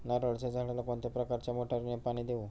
नारळाच्या झाडाला कोणत्या प्रकारच्या मोटारीने पाणी देऊ?